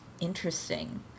interesting